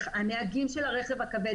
הנהגים של הרכב הכבד,